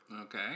okay